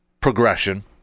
progression